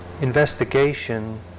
Investigation